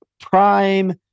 prime